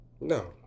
No